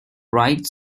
write